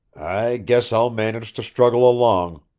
i guess i'll manage to struggle along,